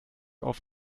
auf